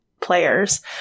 players